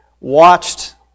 watched